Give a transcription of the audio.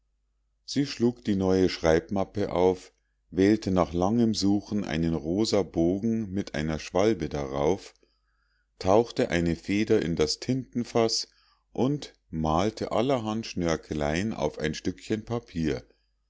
sie schlug die neue schreibmappe auf wählte nach langem suchen einen rosa bogen mit einer schwalbe darauf tauchte eine feder in das tintenfaß und malte allerhand schnörkeleien auf ein stückchen papier